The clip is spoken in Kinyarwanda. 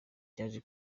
cyaje